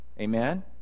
Amen